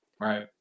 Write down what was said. Right